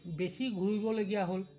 বেছি ঘূৰিবলগীয়া হ'ল